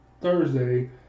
Thursday